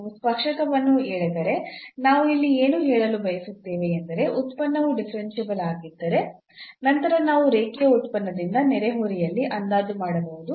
ನೀವು ಸ್ಪರ್ಶಕವನ್ನು ಎಳೆದರೆ ನಾವು ಇಲ್ಲಿ ಏನು ಹೇಳಲು ಬಯಸುತ್ತೇವೆ ಎಂದರೆ ಉತ್ಪನ್ನವು ಡಿಫರೆನ್ಸಿಬಲ್ ಆಗಿದ್ದರೆ ನಂತರ ನಾವು ರೇಖೀಯ ಉತ್ಪನ್ನದಿಂದ ನೆರೆಹೊರೆಯಲ್ಲಿ ಅಂದಾಜು ಮಾಡಬಹುದು